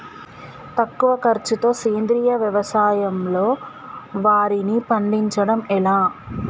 తక్కువ ఖర్చుతో సేంద్రీయ వ్యవసాయంలో వారిని పండించడం ఎలా?